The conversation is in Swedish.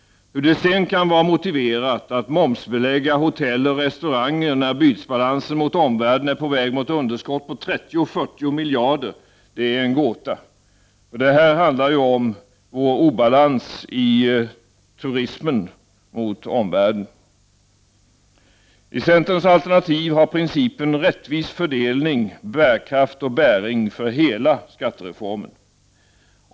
Hur det sedan kan vara motiverat att momsbelägga hotell och restauranger, när bytesbalansen mot omvärlden är på väg mot underskott på 3040 miljarder, är en gåta. Det här handlar om vår obalans i turismen mot omvärlden. I centerns alternativ har principen om rättvis fördelning bärkraft och bäring för hela skattereformen.